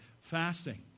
fasting